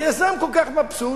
היזם כל כך מבסוט,